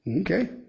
Okay